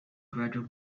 gradual